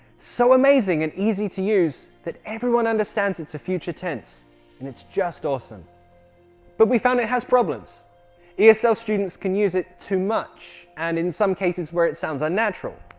so amazing and easy to use that everyone understands it's a future tense and it's just awesome but we found it has problems esl students can use it too much and in some cases where it sounds unnatural